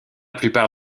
plupart